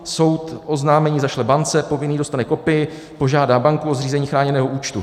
Soud oznámení zašle bance, povinný dostane kopii, požádá banku o zřízení chráněného účtu.